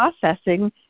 processing